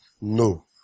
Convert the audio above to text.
No